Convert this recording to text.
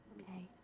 Okay